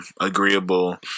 agreeable